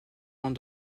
ans